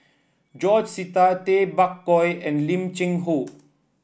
George Sita Tay Bak Koi and Lim Cheng Hoe